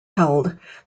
held